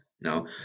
Now